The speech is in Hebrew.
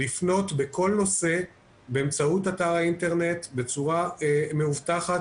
לפנות בכל נושא באמצעות אתר האינטרנט בצורה מאובטחת